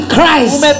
Christ